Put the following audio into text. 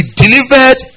delivered